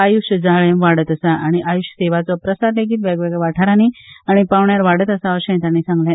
आय्श जाळे वाडत आसा आनी आय्श सेवांचो प्रसार लेगीत वेगवेगळ्या वाठारानी आनी पावंड्यार वाडत आसा अशे ताणी सांगले